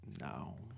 no